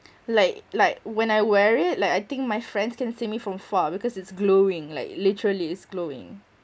like like when I wear it like I think my friends can see me from afar because it's glowing like literally it's glowing